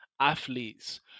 athletes